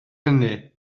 hynny